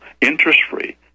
interest-free